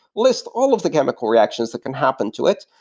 list all of the chemical reactions that can happen to it,